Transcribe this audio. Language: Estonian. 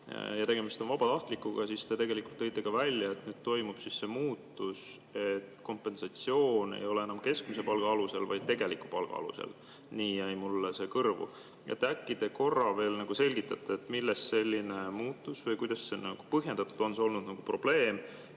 Kui tegemist on vabatahtlikuga, siis te tõite ka välja, et nüüd toimub muutus, et kompensatsioon ei ole enam keskmise palga alusel, vaid tegeliku palga alusel. Nii jäi mulle kõrvu. Äkki te korra veel selgitate, millest selline muutus või kuidas see on põhjendatud? On see olnud probleem?